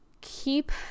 keep